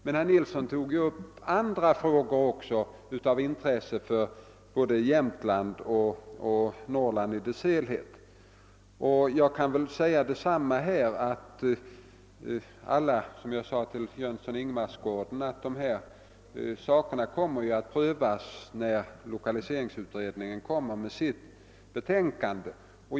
Herr Nilsson tog emellertid upp också andra frågor av intresse såväl för Jämtland som för Norrland i dess helhet. Jag kan väl säga detsamma till herr Nilsson som jag sade till herr Jönsson i Ingemarsgården, nämligen att dessa saker kommer att prövas när lokaliseringsutredningen avgivit sitt betänkande.